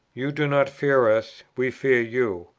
you do not fear us we fear you.